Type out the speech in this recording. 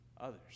others